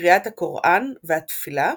כקריאת הקוראן והתפילה,